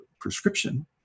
prescription